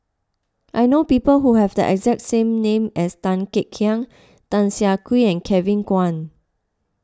I know people who have the exact same name as Tan Kek Hiang Tan Siah Kwee and Kevin Kwan